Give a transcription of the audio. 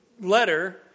letter